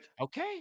Okay